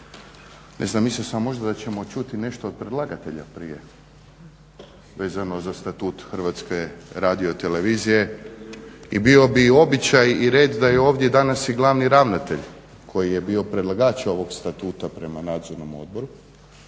kolege. Mislio sam da ćemo možda nešto čuti od predlagatelja prije vezano za statut HRT i bio bi običaj i red da je ovdje danas i glavni ravnatelj koji je bio predlagač ovog statuta prema nacionalnom odboru